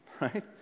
right